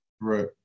Right